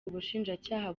ubushinjacyaha